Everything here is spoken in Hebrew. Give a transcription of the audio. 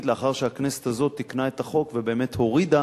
לאחר שהכנסת הזאת תיקנה את החוק ובאמת הורידה